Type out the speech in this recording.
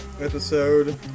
episode